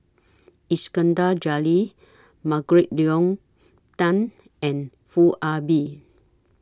Iskandar Jalil Margaret Leng Tan and Foo Ah Bee